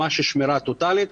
ממש שמירה טוטלית.